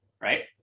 right